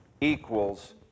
equals